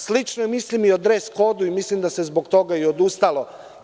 Slično mislim i o „dres kodu“, mislim da se zbog toga i odustalo.